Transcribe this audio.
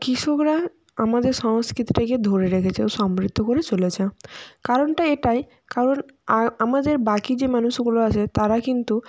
কৃষকরা আমাদের সংস্কৃতিটাকে ধরে রেখেছে ও সমৃদ্ধ করে চলেছে কারণটা এটাই কারণ আর আমরা যে বাকি যে মানুষগুলো আছে তারা কিন্তু